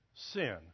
sin